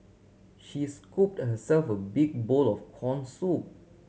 she scooped herself a big bowl of corn soup